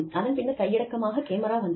அதன் பின்னர் கையடக்கமாக கேமரா வந்தது